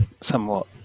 somewhat